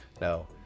no